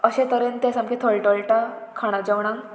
अशे तरेन ते सामके टळटळटा खाणा जेवणाक